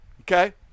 Okay